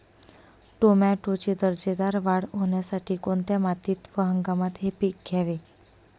टोमॅटोची दर्जेदार वाढ होण्यासाठी कोणत्या मातीत व हंगामात हे पीक घ्यावे?